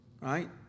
right